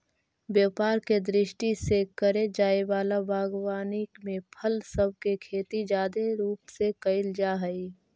व्यापार के दृष्टि से करे जाए वला बागवानी में फल सब के खेती जादे रूप से कयल जा हई